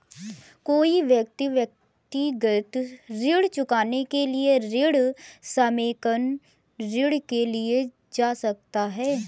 कोई व्यक्ति व्यक्तिगत ऋण चुकाने के लिए ऋण समेकन ऋण के लिए जा सकता है